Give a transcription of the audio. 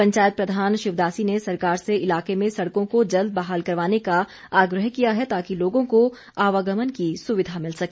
पंचायत प्रधान शिवदासी ने सरकार से इलाके में सड़कों को जल्द बहाल करवाने का आग्रह किया है ताकि लोगों को आवागमन की सुविधा मिल सके